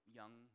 young